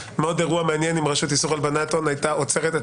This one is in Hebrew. אירוע מאוד מעניין אם רשות איסור הלבנת הון הייתה עוצרת את